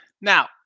Now